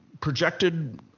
Projected